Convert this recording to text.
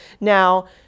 Now